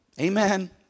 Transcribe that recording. Amen